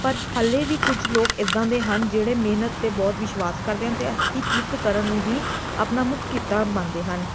ਪਰ ਹਾਲੇ ਵੀ ਕੁਛ ਲੋਕ ਇੱਦਾਂ ਦੇ ਹਨ ਜਿਹੜੇ ਮਿਹਨਤ 'ਤੇ ਬਹੁਤ ਵਿਸ਼ਵਾਸ ਕਰਦੇ ਹਨ ਅਤੇ ਹੱਥੀਂ ਕਿਰਤ ਕਰਨ ਨੂੰ ਹੀ ਆਪਣਾ ਮੁੱਖ ਕਿੱਤਾ ਮੰਨਦੇ ਹਨ